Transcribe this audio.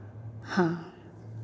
हाँ